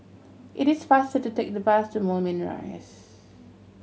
it is faster to take the bus to Moulmein Rise